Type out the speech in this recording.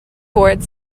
board